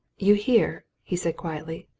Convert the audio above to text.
you hear? he said quietly.